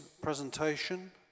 presentation